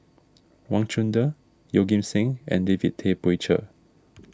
Wang Chunde Yeoh Ghim Seng and David Tay Poey Cher